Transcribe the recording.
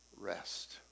Rest